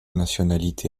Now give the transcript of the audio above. nationalité